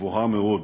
גבוהה מאוד.